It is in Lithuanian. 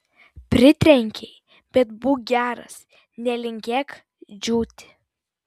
pritrenkei bet būk geras nelinkėk džiūti